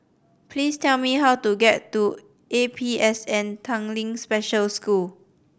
please tell me how to get to A P S N Tanglin Special School